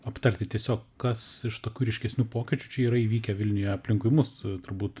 aptarti tiesiog kas iš tokių ryškesnių pokyčių čia yra įvykę vilniuje aplinkui mus turbūt